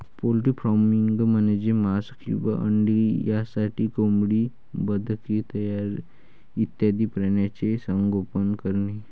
poultry farming म्हणजे मांस किंवा अंडी यासाठी कोंबडी, बदके इत्यादी प्राण्यांचे संगोपन करणे